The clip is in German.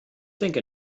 denke